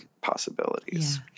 possibilities